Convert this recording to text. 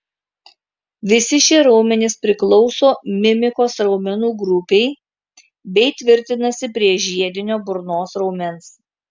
visi šie raumenys priklauso mimikos raumenų grupei bei tvirtinasi prie žiedinio burnos raumens